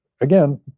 again